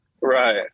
Right